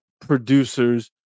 producers